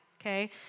okay